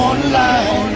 Online